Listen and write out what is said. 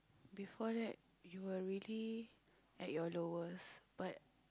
before that you were really at your lowest but